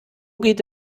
geht